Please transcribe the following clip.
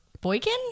Boykin